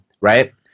right